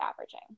averaging